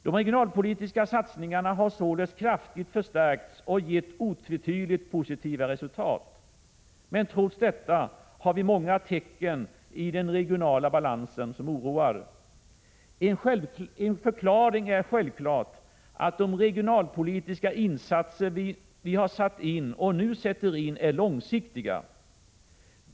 De regionalpolitiska satsningarna har således kraftigt förstärkts och har gett otvetydigt positiva resultat. Men trots detta har vi många tecken i den regionala balansen som oroar. En förklaring är självfallet att de regionalpolitiska insatser vi har satt in och nu sätter in är långsiktiga.